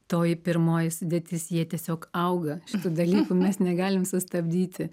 toji pirmoji sudėtis jie tiesiog auga šitų dalykų mes negalim sustabdyti